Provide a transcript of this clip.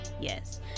yes